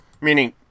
Meaning